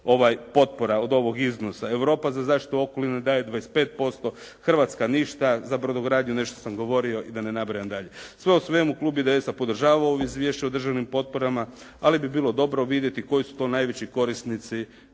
potpora od ovog iznosa. Europa za zaštitu okoliša daje 25%, Hrvatska ništa. Za brodogradnju nešto sam govorio i da ne nabrajam dalje. Sve u svemu, klub IDS-a podržava ovo Izvješće o državnim potporama, ali bi bilo dobro vidjeti koji su to najveći korisnici